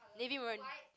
navy maroon